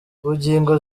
bugingo